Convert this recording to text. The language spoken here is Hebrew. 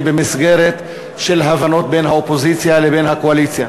במסגרת של הבנות בין האופוזיציה לבין הקואליציה.